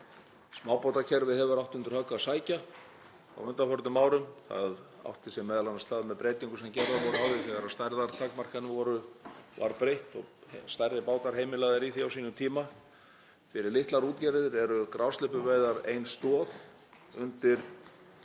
Smábátakerfið hefur átt undir högg að sækja á undanförnum árum. Það átti sér m.a. stað með breytingum sem gerðar voru á því þegar stærðartakmörkunum var breytt og stærri bátar heimilaðar í því á sínum tíma. Fyrir litlar útgerðir eru grásleppuveiðar ein stoð undir